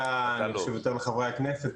יותר לחברי הכנסת,